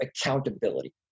accountability